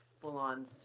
full-on